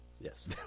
Yes